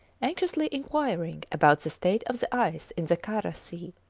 anxiously inquiring about the state of the ice in the kara sea.